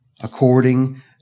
according